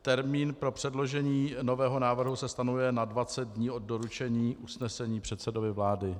Termín pro předložení nového návrhu se stanovuje na 20 dní od doručení usnesení předsedovi vlády.